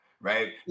right